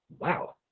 Wow